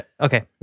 Okay